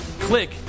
click